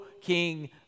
king